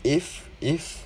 if if